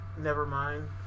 Nevermind